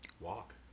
Walk